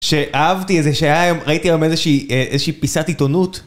שאהבתי איזה שהיה היום, ראיתי היום איזה שהיא, איזושהיא פיסת עיתונות